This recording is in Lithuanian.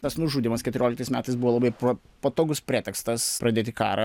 tas nužudymas keturioliktais metais buvo labai patogus pretekstas pradėti karą